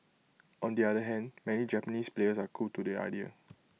on the other hand many Japanese players are cool to the idea